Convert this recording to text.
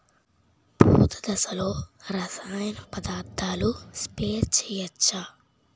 పూత దశలో రసాయన పదార్థాలు స్ప్రే చేయచ్చ?